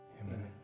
Amen